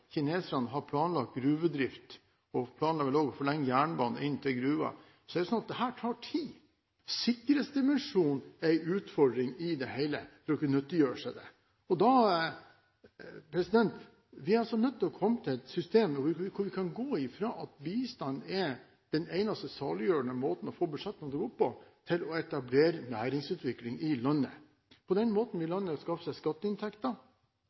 kineserne har planlagt gruvedrift og også planlegger å forlenge jernbanen inn til i gruvene, er det slik at dette tar tid. Sikkerhetsdimensjonen er en utfordring i det hele for å kunne nyttiggjøre seg det. Da blir man nødt til å komme fram til et system der man kan gå fra at bistand er den eneste saliggjørende måten å få budsjettene til å gå opp på, til å etablere næringsutvikling i landet. På den måten vil landet skaffe seg skatteinntekter